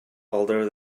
although